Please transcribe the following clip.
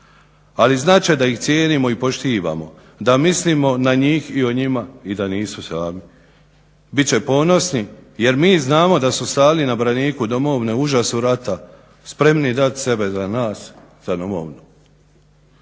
ali znat će da ih cijenimo i poštivamo da mislimo na njih i o njima i da nisu sami. Bit će ponosni jer mi znamo da su stali na braniku domovine, užasu rata, spremni dati sebe za nas za domovinu.